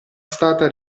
stata